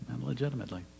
legitimately